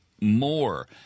more